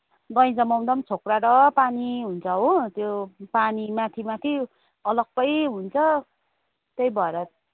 दही जमाउँदा पनि छोक्रा र पानी हुन्छ हो त्यो पानी माथि माथि अलग्गै हुन्छ त्यही भएर